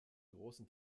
großen